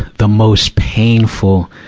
the most painful,